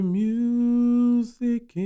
music